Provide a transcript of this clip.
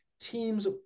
teams